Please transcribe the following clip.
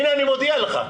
אני מודיע לך.